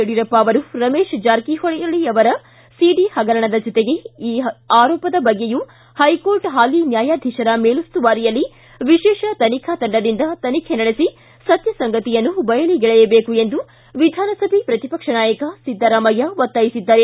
ಯಡಿಯೂರಪ್ಪ ಅವರು ರಮೇಶ್ ಜಾರಕಿಹೊಳಿಯವರ ಸಿಡಿ ಹಗರಣದ ಜೊತೆ ಈ ಆರೋಪದ ಬಗ್ಗೆಯೂ ಹೈಕೋರ್ಟ್ ಹಾಲಿ ನ್ಯಾಯಾಧೀಶರ ಮೇಲುಸ್ತುವಾರಿಯಲ್ಲಿ ವಿಶೇಷ ತನಿಖಾ ತಂಡದಿಂದ ತನಿಖೆ ನಡೆಸಿ ಸತ್ಯಸಂಗತಿಯನ್ನು ಬಯಲಿಗೆಳೆಯಬೇಕು ಎಂದು ವಿಧಾನಸಭೆ ಪ್ರತಿಪಕ್ಷ ನಾಯಕ ಸಿದ್ದರಾಮಯ್ಯ ಹೇಳಿದ್ದಾರೆ